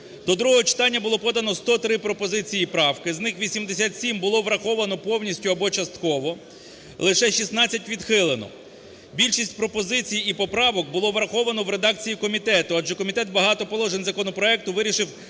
До другого читання було подано 103 пропозиції і правки, з них 87 було враховано повністю або частково, лише 16 відхилено. Більшість пропозицій і поправок було враховано в редакції комітету, адже комітет багато положень законопроекту вирішив